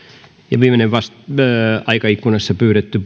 ja viimeinen aikaikkunassa pyydetty